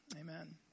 Amen